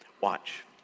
Watch